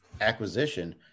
acquisition